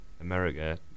America